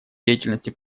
деятельности